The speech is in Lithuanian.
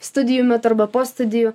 studijų metu arba po studijų